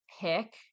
pick